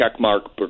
checkmark